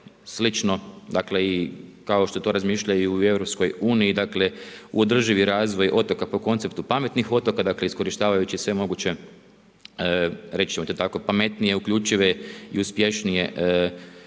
slično, dakle i kao što to razmišljaju u EU, dakle u održivi razvoj otoka po konceptu pametnih otoka, dakle iskorištavajući sve moguće, reći ćemo to tako pametnije, uključive i uspješnije dakle